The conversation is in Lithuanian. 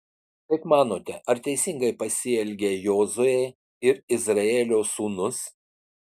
kaip manote ar teisingai pasielgė jozuė ir izraelio sūnus